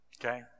okay